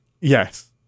yes